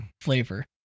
flavor